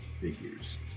figures